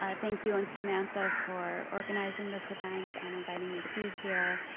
ah thank you and samantha for organizing this event and inviting me to be here.